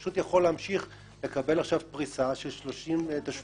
הוא פשוט יכול להמשיך לקבל עכשיו פריסה של 30 תשלומים,